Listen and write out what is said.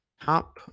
Top